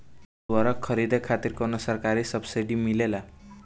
उर्वरक खरीदे खातिर कउनो सरकारी सब्सीडी मिलेल?